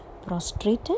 prostrated